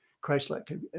Christ-like